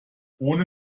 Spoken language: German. ohne